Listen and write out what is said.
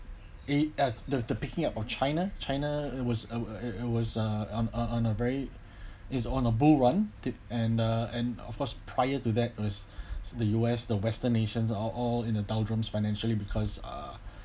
a the the picking up or china china it was a it was a on a on a very is on a bull run it and uh and of course prior to that us the U_S the western nations are all in the doldrums financially because uh